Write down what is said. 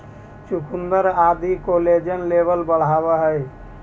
चुकुन्दर आदि collagen level बढ़ावऽ हई